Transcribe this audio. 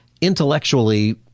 intellectually